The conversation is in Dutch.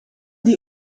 die